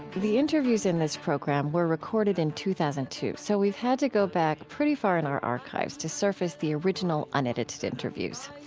the interviews in this program were recorded in two thousand and two. so we've had to go back pretty far in our archives to surface the original unedited interviews.